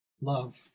love